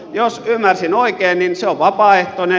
jos ymmärsin oikein se on vapaaehtoinen